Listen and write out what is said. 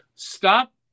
stop